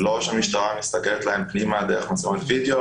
לא שהמשטרה מסתכלת להם פנימה דרך מצלמת וידאו